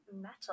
metal